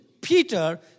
Peter